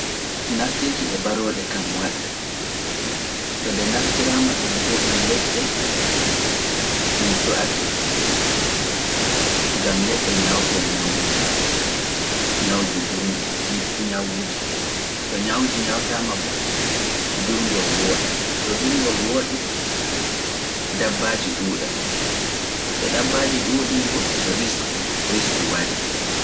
Naftirki e barooɗe kam waɗi, to nde naftiraama ɗum heɓii leɗɗe, ɗum su’ake, gam leɗɗe ñawta ñawuuji, to ñawuji ñawtaama bo, Durngol wooɗay, to durngol wooɗi, dabbaaji ɗuuɗay, to dabbaaji ɗuuɗi bo, risku wari.